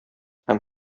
һәм